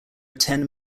ten